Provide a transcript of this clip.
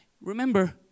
Remember